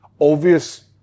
obvious